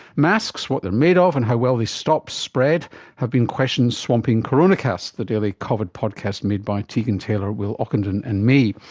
masks, what they are made of and how well they stop spread have been questions swamping coronacast, the daily covid podcast made by tegan taylor, will ockenden and me.